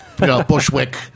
Bushwick